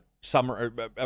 summer